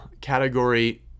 category